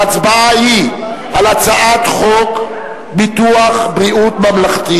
ההצבעה היא על הצעת חוק ביטוח בריאות ממלכתי